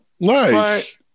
nice